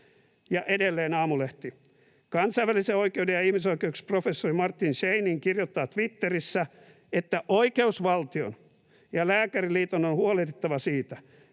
Ja edelleen Aamulehti: ”Kansainvälisen oikeuden ja ihmisoikeuksien professori Martin Scheinin kirjoittaa Twitterissä, että oikeusvaltion ja Lääkäriliiton on huolehdittava siitä,